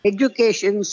Education